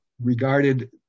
regarded